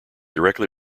directly